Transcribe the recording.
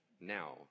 Now